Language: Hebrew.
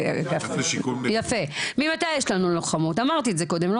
אמרתי את זה קודם.